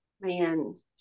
man